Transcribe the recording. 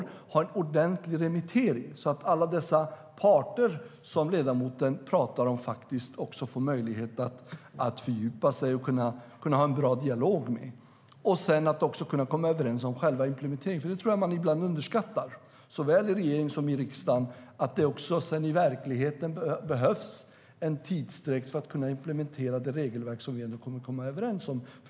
Vi ska ha en ordentlig remittering så att alla dessa parter som ledamoten talar om också får möjlighet att fördjupa sig och ha en bra dialog. Man ska också kunna komma överens om själva implementeringen, för jag tror att man ibland underskattar detta såväl i regeringen som i riksdagen. Det behövs i verkligheten också en tidsutdräkt för att kunna implementera det regelverk vi kommer att kunna komma överens om.